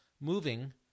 moving